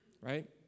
right